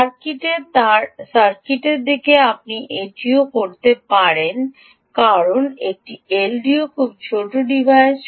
সার্কিটের তাদের সার্কিটে আপনি এটিও করতে পারেন কারণ একটি এলডিও খুব ছোট ডিভাইস